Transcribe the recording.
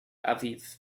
aviv